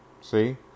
See